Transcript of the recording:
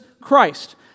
Christ